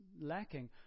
lacking